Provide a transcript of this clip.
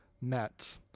met